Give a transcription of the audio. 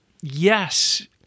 yes